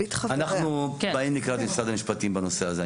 אנחנו באים לקראת משרד המשפטים בנושא הזה.